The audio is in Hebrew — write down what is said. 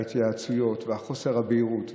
וההתייעצויות וחוסר הבהירות,